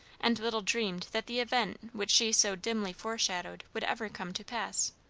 and little dreamed that the event which she so dimly foreshadowed would ever come to pass.